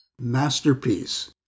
masterpiece